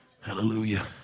Hallelujah